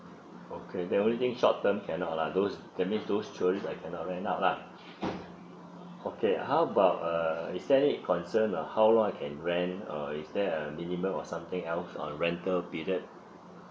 okay then only short term cannot lah those that means those tourist I cannot rent out lah okay how about uh is there any concern ah how long I can rent uh is there a minimum or something else on rental period